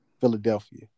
Philadelphia